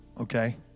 okay